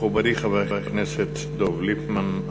מכובדי חבר הכנסת דב ליפמן.